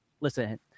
listen